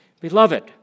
Beloved